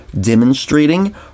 demonstrating